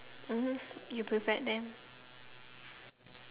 mmhmm you prepared them